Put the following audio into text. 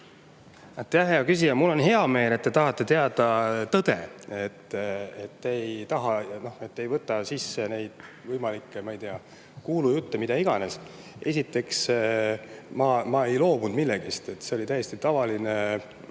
hea küsija! Mul on hea meel, et te tahate teada tõde, et te ei võta kuulda neid võimalikke, ma ei tea, kuulujutte või mida iganes. Esiteks, ma ei loobunud millestki, see oli täiesti tavaline